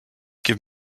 give